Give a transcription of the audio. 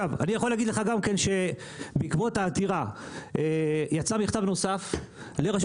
אני אני יכול להגיד לך גם שבעקבות העתירה יצא מכתב נוסף לרשות